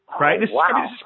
Right